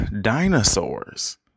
Dinosaurs